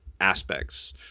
aspects